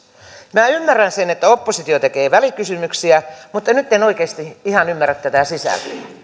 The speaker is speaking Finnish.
minä ymmärrän sen että oppositio tekee välikysymyksiä mutta nyt en oikeasti ihan ymmärrä tätä